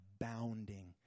abounding